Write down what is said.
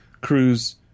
cruise